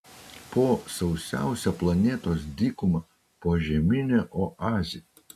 po sausiausia planetos dykuma požeminė oazė